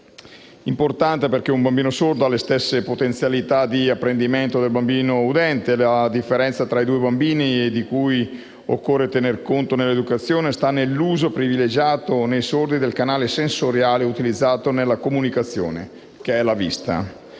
ricordare che un bambino sordo ha le stesse potenzialità di apprendimento del bambino udente: la differenza tra i due bambini, di cui occorre tener conto nell'educazione, sta nell'uso privilegiato del canale sensoriale utilizzato nella comunicazione, che per i